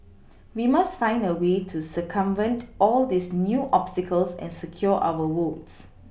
we must find a way to circumvent all these new obstacles and secure our votes